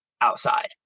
outside